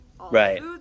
Right